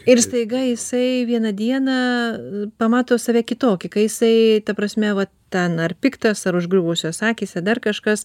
ir staiga jisai vieną dieną pamato save kitokį kai jisai ta prasme va ten ar piktas ar užgriuvusios akys ar dar kažkas